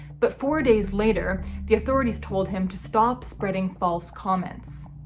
but four days later the authorities told him to stop spreading false comments.